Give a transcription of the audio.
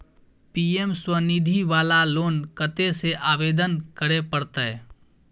PM Svanidhi वाला loan कत्ते से आवेदन करे परतै?